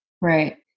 right